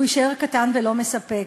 והוא יישאר קטן ולא מספק.